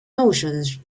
notions